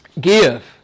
give